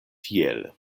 tiel